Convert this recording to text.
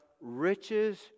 riches